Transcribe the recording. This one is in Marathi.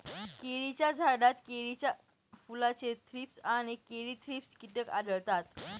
केळीच्या झाडात केळीच्या फुलाचे थ्रीप्स आणि केळी थ्रिप्स कीटक आढळतात